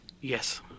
Yes